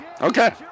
okay